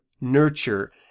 nurture